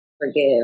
forgive